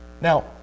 Now